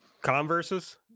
converses